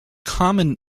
common